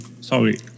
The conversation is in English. sorry